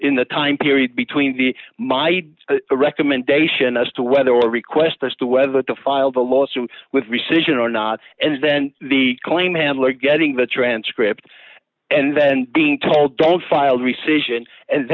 in the time period between the my recommendation as to whether a request as to whether to file the lawsuit with the seizure or not and then the claim handler getting the transcript and then being told don't file reseason and